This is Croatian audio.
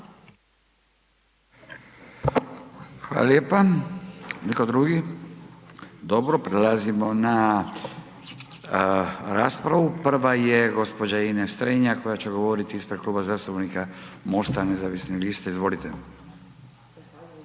Hvala lijepa. Netko drugi? Dobro, prelazimo na raspravu, prva je gđa. Ines Strenja koja će govorit ispred Kluba zastupnika MOST-a nezavisnih lista, izvolite.